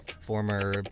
former